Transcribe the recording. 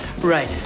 Right